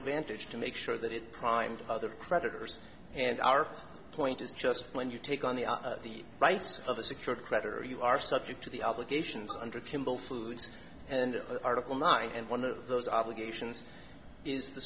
advantage to make sure that it primed other creditors and our point is just when you take on the on the rights of a secure creditor you are subject to the obligations under kimble foods and article nine and one of those obligations is the